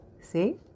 See